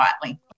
quietly